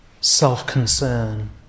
self-concern